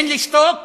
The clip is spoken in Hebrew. אין לשתוק,